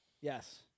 Yes